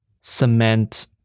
cement